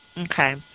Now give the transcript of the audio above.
Okay